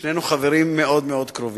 שנינו חברים מאוד קרובים.